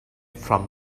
from